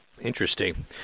Interesting